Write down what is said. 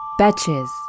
Batches